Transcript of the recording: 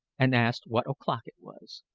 and asked what o'clock it was.